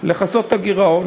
לכסות את הגירעון.